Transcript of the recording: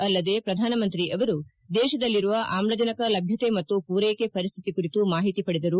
ಅಲ್ಲದೆ ಪ್ರಧಾನ ಮಂತ್ರಿ ಅವರು ದೇಶದಲ್ಲಿರುವ ಆಮ್ಲಜನಕ ಲಭ್ಯತೆ ಮತ್ತು ಪೂರೈಕೆ ಪರಿಸ್ಥಿತಿ ಕುರಿತು ಮಾಹಿತಿ ಪಡೆದರು